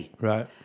Right